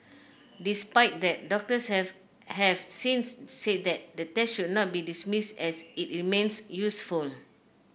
despite that doctors have have since said that the test should not be dismissed as it remains useful